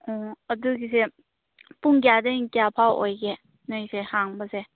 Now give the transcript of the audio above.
ꯑꯣ ꯑꯗꯨꯒꯤꯁꯦ ꯄꯨꯡ ꯀꯌꯥꯗꯩꯅ ꯀꯌꯥꯐꯥꯎ ꯑꯣꯏꯒꯦ ꯅꯣꯏꯁꯦ ꯍꯥꯡꯕꯁꯦ